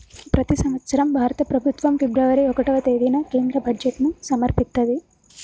ప్రతి సంవత్సరం భారత ప్రభుత్వం ఫిబ్రవరి ఒకటవ తేదీన కేంద్ర బడ్జెట్ను సమర్పిత్తది